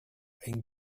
ein